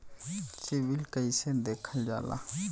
CIBIL कैसे देखल जाला?